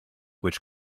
which